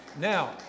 Now